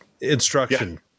instruction